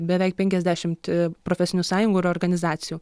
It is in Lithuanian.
beveik penkiasdešimt profesinių sąjungų ir organizacijų